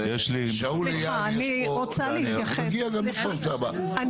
תיכף תיכף אני